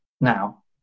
now